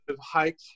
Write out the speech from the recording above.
hike